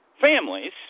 families